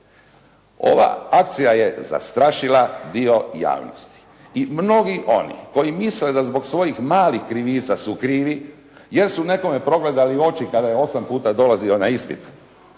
Ova akcija je zastrašila dio javnosti i mnogi oni koji misle da zbog svojih malih krivica su krivi, jer su nekome progledali u oči kada je osam puta dolazio na ispit,